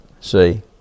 See